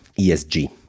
ESG